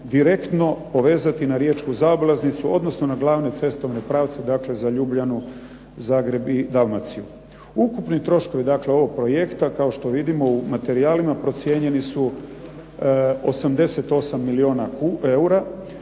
direktno povezati na riječku zaobilaznicu, odnosno na glavne cestovne pravce, dakle za Ljubljanu, Zagreb i Dalmaciju. Ukupni troškovi ovog projekta, kao što vidimo u materijalima, procijenjeni su 88 milijuna eura